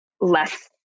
less